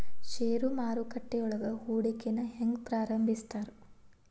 ಷೇರು ಮಾರುಕಟ್ಟೆಯೊಳಗ ಹೂಡಿಕೆನ ಹೆಂಗ ಪ್ರಾರಂಭಿಸ್ತಾರ